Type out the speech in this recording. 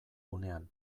gunean